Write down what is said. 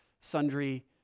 sundry